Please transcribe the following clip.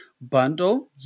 bundle